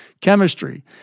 chemistry